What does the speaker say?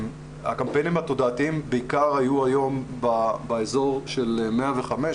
הקמפיינים התודעתיים בעיקר היו היום באזור של 105,